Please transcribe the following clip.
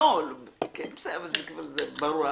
ברור.